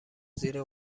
زیر